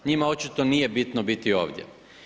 Njima očito nije bitno biti ovdje.